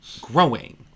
growing